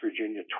Virginia